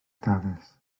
dafis